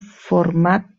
format